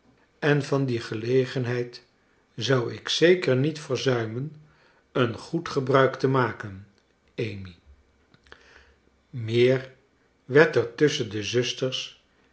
en van die gelegenheid zou ik zeker niet verzuimen een goed gebruik te maken amy meer werd er tusschen de zusters